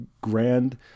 Grand